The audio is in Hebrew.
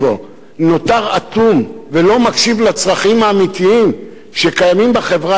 נותר אטום ולא מקשיב לצרכים האמיתיים שקיימים בחברה הישראלית,